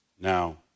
Now